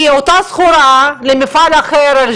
כי אותה סחורה למפעל אחר,